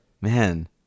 Man